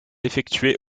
effectuée